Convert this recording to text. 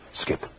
Skip